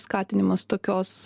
skatinimas tokios